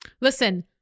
Listen